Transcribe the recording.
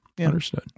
Understood